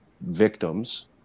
victims